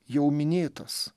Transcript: jau minėtas